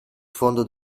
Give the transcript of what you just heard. fondo